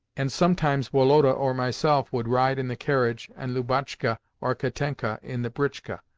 and sometimes woloda or myself would ride in the carriage, and lubotshka or katenka in the britchka.